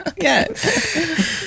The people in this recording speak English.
Yes